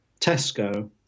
Tesco